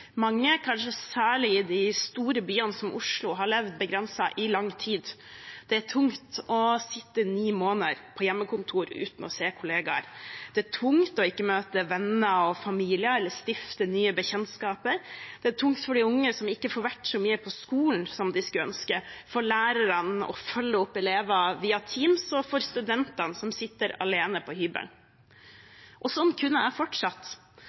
Mange, kanskje særlig i de store byene som Oslo, har levd begrenset i lang tid, det er tungt å sitte ni måneder på hjemmekontor uten å se kollegaer. Det er tungt ikke å møte venner og familie eller stifte nye bekjentskaper. Det er tungt for de unge som ikke får vært så mye på skolen som de skulle ønske, for lærerne å følge opp elever via Teams og for studentene som sitter alene på hybelen. Sånn kunne jeg ha fortsatt.